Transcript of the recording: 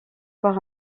par